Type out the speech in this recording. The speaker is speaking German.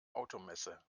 automesse